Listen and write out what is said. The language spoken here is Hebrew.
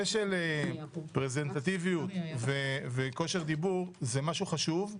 של רפרזנטטיביות וכושר דיבור זה משהו חשוב.